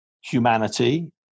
humanity